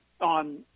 on